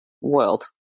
world